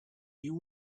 you